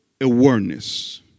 awareness